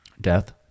Death